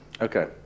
Okay